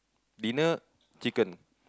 dinner chicken